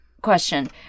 question